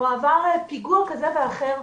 או עבר פיגוע כזה או אחר,